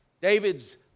David's